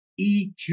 EQ